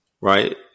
right